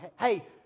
hey